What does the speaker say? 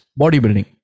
bodybuilding